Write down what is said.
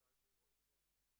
צוהריים טובים.